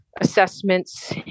assessments